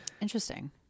Interesting